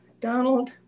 Donald